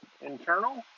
internal